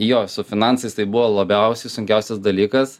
jo su finansais tai buvo labiausiai sunkiausias dalykas